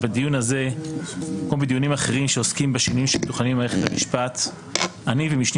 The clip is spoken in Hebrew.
שבדיון הזה או בדיונים אחרים שעוסקים בשינויים במערכת המשפט אני ומשנים